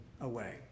away